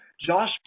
Josh